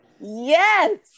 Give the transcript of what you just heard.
Yes